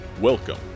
Welcome